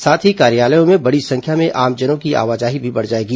साथ ही कार्यालयों में बड़ी संख्या में आमजनों की आवाजाही भी बढ़ जाएगी